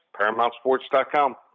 paramountsports.com